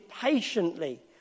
patiently